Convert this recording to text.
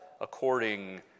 according